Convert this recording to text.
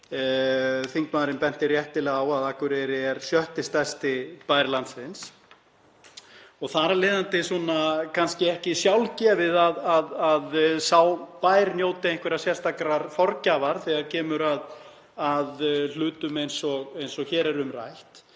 Þingmaðurinn benti réttilega á að Akureyri er sjötti stærsti bær landsins og þar af leiðandi kannski ekki sjálfgefið að sá bær njóti einhverrar sérstakrar forgjafar þegar kemur að hlutum eins og hér er um rætt.